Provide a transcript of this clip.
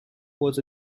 was